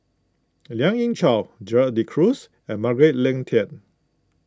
Lien Ying Chow Gerald De Cruz and Margaret Leng Tan